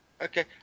Okay